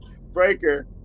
Breaker